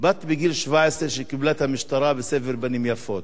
בת 17, שקיבלה את המשטרה בסבר פנים יפות